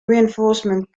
reinforcement